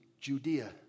Judea